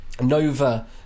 Nova